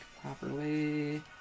properly